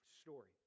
story